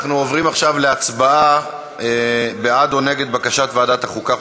אנחנו עוברים עכשיו להצבעה בעד או נגד בקשת ועדת החוקה,